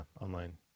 online